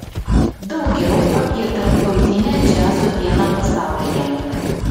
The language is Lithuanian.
daugiau apie tarptautinę džiazo dieną pasaulyje